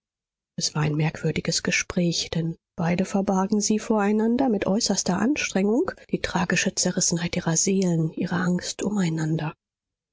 es war ein merkwürdiges gespräch denn beide verbargen sie voreinander mit äußerster anstrengung die tragische zerrissenheit ihrer seelen ihre angst umeinander